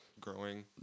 growing